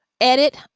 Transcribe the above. edit